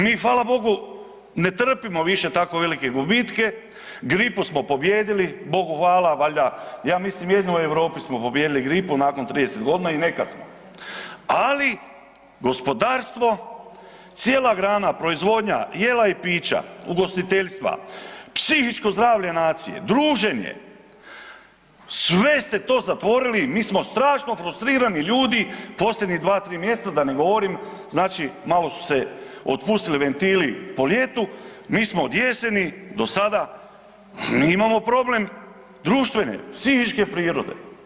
Mi fala Bogu ne trpimo tako više gubitke, gripu smo pobijedili, Bogu hvala valjda, ja mislim jedini smo u Europi pobijeli gripu nakon 30 g. i neka smo ali gospodarstvo, cijela grana, proizvodnja jela i pića, ugostiteljstva, psihičko zdravlje nacije, druženje, sve ste to zatvorili i mi smo strašno frustrirani ljudi posljednjih 2, 3 mj. da ne govorim znači malo su se otpustili ventili po ljetu, mi smo od jeseni do sada, mi imamo problem društvene, psihičke prirode.